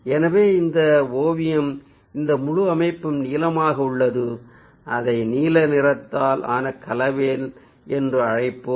எனவே இந்த ஓவியம் இந்த முழு அமைப்பும் நீலமாக உள்ளது அதை நீல நிறத்தால் ஆன கலவை என்று அழைப்போம்